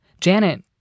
Janet